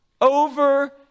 Over